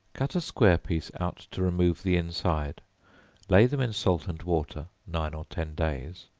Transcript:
cut a square piece out to remove the inside lay them in salt and water nine or ten days,